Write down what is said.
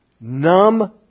numb